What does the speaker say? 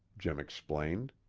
jim explained.